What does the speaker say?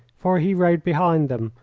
for he rode behind them,